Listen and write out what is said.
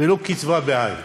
ולא קצבה בעין.